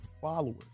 followers